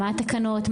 מה התקנות,